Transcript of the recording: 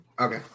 Okay